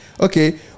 Okay